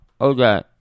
Okay